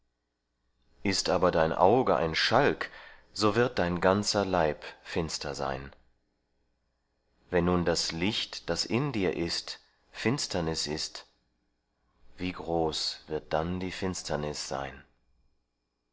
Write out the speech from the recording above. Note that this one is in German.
ist aber dein auge ein schalk so wird dein ganzer leib finster sein wenn nun das licht das in dir ist finsternis ist wie groß wird dann die finsternis sein